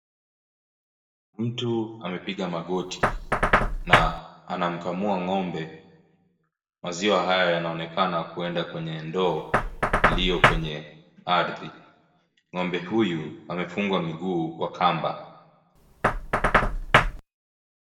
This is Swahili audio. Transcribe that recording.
Mtu amepiga magoti na anamkamua ng'ombe maziwa haya yanaonekana kwenda kwenye ndoo iliyo kwenye ardhi ng'ombe huyu amefungwa miguu kwa kamba .